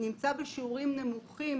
הוא נמצא בשיעורים נמוכים,